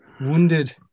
wounded